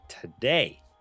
Today